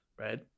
right